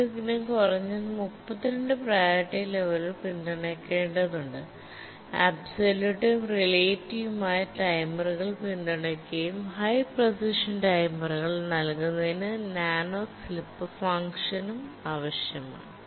ഇതിന് കുറഞ്ഞത് 32 പ്രിയോറിറ്റി ലെവലുകൾ പിന്തുണയ്ക്കേണ്ടതുണ്ട് അബ്സോല്യൂട്ടും റിലേറ്റീവും ആയ ടൈമറുകൾ പിന്തുണയ്ക്കുകയും ഹൈ പ്രെസിഷൻ ടൈമറുകൾ നൽകുന്നതിന് നാനോ സ്ലീപ്പ് ഫംഗ്ഷനും ആവശ്യമാണ്